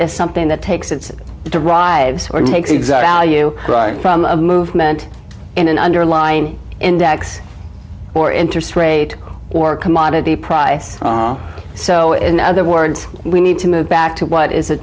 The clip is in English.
as something that takes its derives or takes exact alue from a movement in an underlying index or interest rate or commodity price so in other words we need to move back to what is a